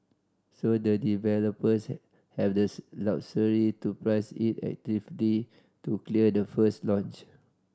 so the developers have the luxury to price it actively to clear the first launch